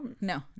No